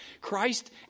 Christ